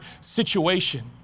situation